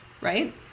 right